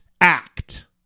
act